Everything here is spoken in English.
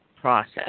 process